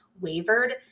wavered